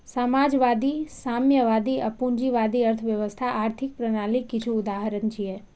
समाजवादी, साम्यवादी आ पूंजीवादी अर्थव्यवस्था आर्थिक प्रणालीक किछु उदाहरण छियै